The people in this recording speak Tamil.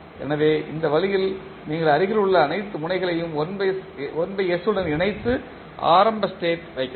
எனவே இந்த வழியில் நீங்கள் அருகிலுள்ள அனைத்து முனைகளையும் 1s உடன் இணைத்து ஆரம்ப ஸ்டேட் வைக்கலாம்